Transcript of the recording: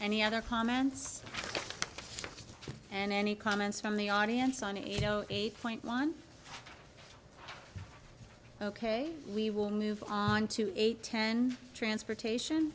any other comments and any comments from the audience on a you know eight point one ok we will move on to eight ten transportation